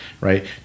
right